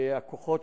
הכוחות,